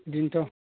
बिदिनोथ'